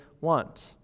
want